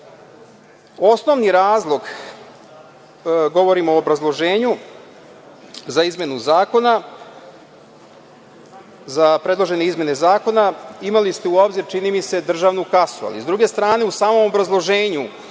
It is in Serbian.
razlog, govorim o obrazloženju za predložene izmene zakona, imali ste u obzir, čini mi se, državnu kasu, ali s druge strane u samom obrazloženju